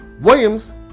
Williams